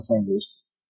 fingers